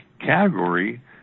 category